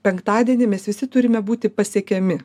penktadienį mes visi turime būti pasiekiami